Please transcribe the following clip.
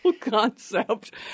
concept